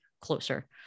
closer